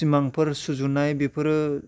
सिमांफोर सुजुनाय बेफोरो